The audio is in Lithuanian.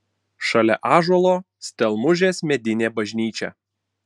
šalia ąžuolo stelmužės medinė bažnyčia